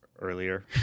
earlier